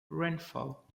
rainfall